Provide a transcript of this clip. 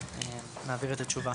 נעביר את התשובה.